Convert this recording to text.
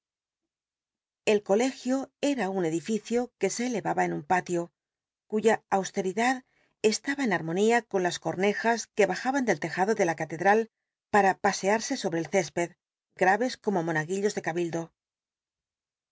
el colegio era un edificio que se elc aba en un palio cuya austel'idad estaba en al'lllonia con las corn ejas que bajaban del tejado de la catedral para pasearse sobre el césped graves como monaguillos de cabildo